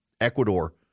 Ecuador